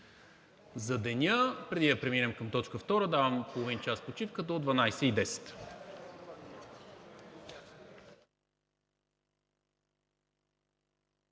за деня. Преди да преминем към точка втора, давам половин час почивка – до 12,10